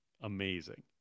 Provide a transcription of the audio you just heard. amazing